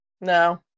No